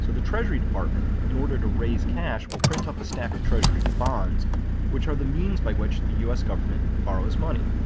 so the treasury department, in order to raise cash, will print up a stack of treasury bonds which are the means by which the us government borrows money.